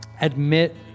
Admit